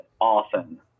often